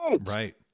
Right